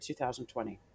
2020